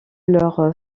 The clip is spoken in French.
leur